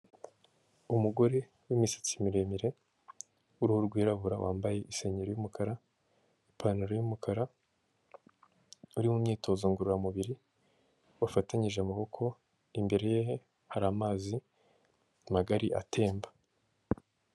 Umugore w'imisatsi miremire, w'uruhu rwirabura, wambaye isengeri y'umukara, ipantaro y'umukara, uri mu myitozo ngororamubiri wafatanyije amaboko, imbere ye hari amazi magari atemba.